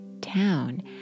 town